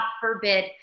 forbid